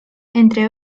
entre